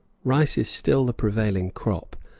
rice is still the prevailing crop,